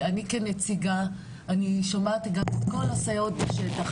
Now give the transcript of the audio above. אני כנציגה, אני שומעת גם את כל הסייעות בשטח.